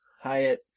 Hyatt